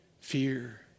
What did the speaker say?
Fear